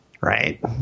Right